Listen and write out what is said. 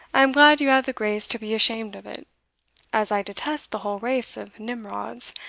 i am glad you have the grace to be ashamed of it as i detest the whole race of nimrods,